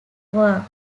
war